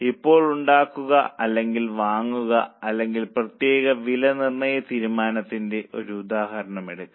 ഇപ്പോൾ ഉണ്ടാക്കുക അല്ലെങ്കിൽ വാങ്ങുക അല്ലെങ്കിൽ പ്രത്യേക വിലനിർണ്ണയ തീരുമാനത്തിന്റെ ഒരു ഉദാഹരണം എടുക്കാം